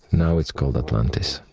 now it's called atlantis.